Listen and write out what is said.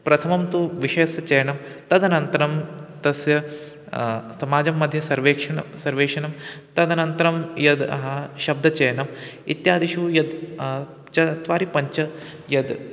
प्रथमं तु विषयस्य चयनं तदनन्तरं तस्य समाजं मध्ये सर्वेक्षणं सर्वेषणं तदनन्तरं यद् शब्दचयनम् इत्यादिषु यद् चत्वारि पञ्च यद्